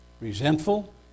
Resentful